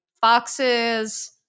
foxes